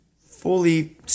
fully